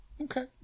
okay